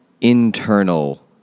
internal